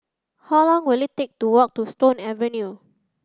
how long will it take to walk to Stone Avenue